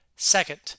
Second